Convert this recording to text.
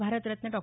Bharat Ratna Dr